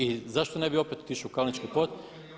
I zašto ne bi opet otišao u Kalnički Potok.